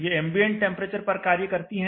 ये ambient temperature पर कार्य करती हैं